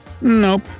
Nope